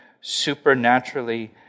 supernaturally